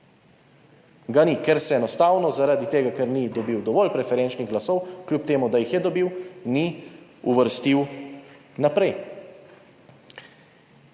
ga ni, ker se enostavno zaradi tega, ker ni dobil dovolj preferenčnih glasov, kljub temu, da jih je dobil, ni uvrstil naprej.